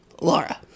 Laura